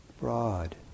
broad